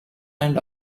and